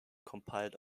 compiled